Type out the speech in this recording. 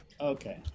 Okay